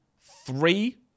three